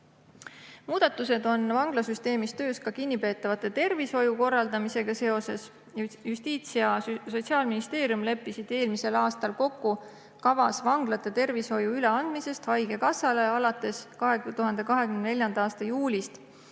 Muudatused on vanglasüsteemis töös ka kinnipeetavate tervishoiu korraldamisega seoses. Justiits- ja sotsiaalministeerium leppisid eelmisel aastal kokku kavas anda vanglate tervishoid haigekassale üle alates 2024. aasta juulist,